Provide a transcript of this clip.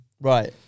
Right